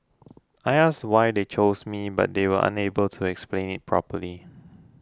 I asked why they chose me but they were unable to explain it properly